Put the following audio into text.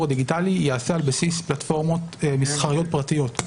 הדיגיטלי ייעשה על בסיס פלטפורמות מסחריות פרטיות,